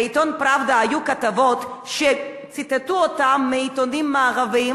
בעיתון "פראבדה" היו כתבות שציטטו מעיתונים מערביים,